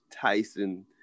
Tyson